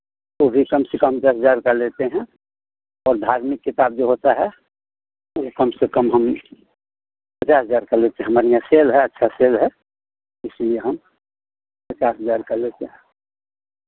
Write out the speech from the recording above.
वो भी कम से कम दस हज़ार का लेते हैं और धार्मिक किताब जो होता है वो कम से कम हम पचास हज़ार का लेते हैं हमारे यहाँ सेल है अच्छा सेल है इसीलिए हम पचास हज़ार का लेते हैं